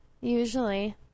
usually